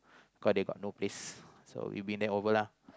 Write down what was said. cause they got no place so will be there over lah